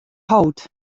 hold